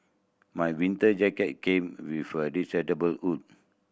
my winter jacket came with a detachable hood